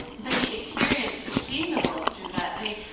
but the experience of seeing the world through that i mean,